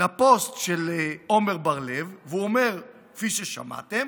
לפוסט של עמר בר לב, והוא אומר, כפי ששמעתם: